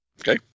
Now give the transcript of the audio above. Okay